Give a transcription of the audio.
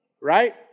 Right